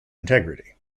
integrity